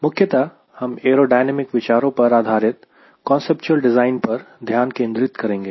मुख्यतः हम एयरोडायनेमिक विचारों पर आधारित कांसेप्चुअल डिज़ाइन पर ध्यान केंद्रित करेंगे